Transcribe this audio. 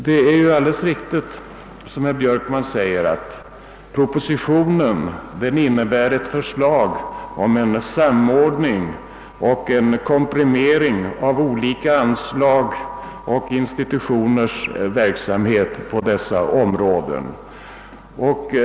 Herr Björkman har alldeles rätt i att propositionen innebär ett förslag om samordning och komprimering av olika anslag och skilda institutioners verksamhet på dessa områden.